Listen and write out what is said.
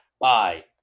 Bye